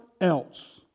else